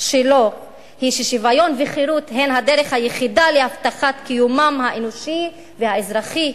שלו היא ששוויון וחירות הם הדרך היחידה להבטחת קיומם האנושי והאזרחי.